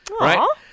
Right